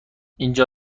اینجا